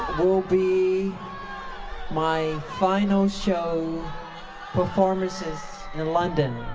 will be my final show performances in london